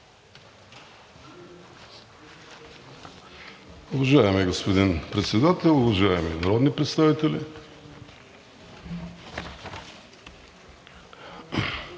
Уважаеми господин Председател, уважаеми народни представители!